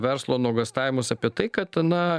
verslo nuogąstavimus apie tai kad na